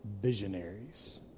visionaries